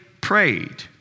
prayed